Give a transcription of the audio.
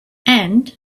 and